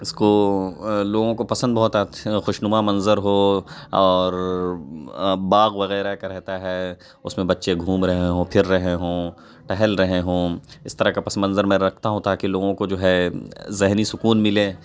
اس کو لوگوں کو پسند بہت اچھا خوشنما منظر ہو اور باغ وغیرہ کا رہتا ہے اس میں بچے گھوم رہے ہوں پھر رہے ہوں ٹہل رہے ہوں اس طرح کا پس منظر میں رکھتا ہوں تا کہ لوگوں کو جو ہے ذہنی سکون ملے